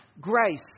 grace